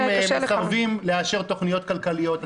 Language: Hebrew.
אתם מסרבים לאשר תוכניות כלכליות.